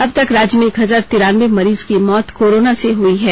अब तक राज्य में एक हजार तिरानबे मरीज की मौत कोरोना से हुई हैं